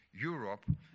Europe